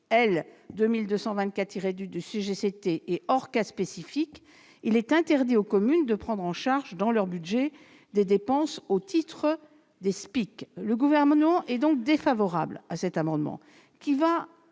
territoriales, et hors cas spécifiques, il est interdit aux communes de prendre en charge, dans leur budget, des dépenses au titre des SPIC. Le Gouvernement est donc défavorable à cet amendement, dont